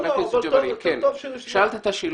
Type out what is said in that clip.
זה טוב שנשמע.